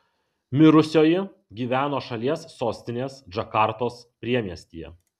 mirusioji gyveno šalies sostinės džakartos priemiestyje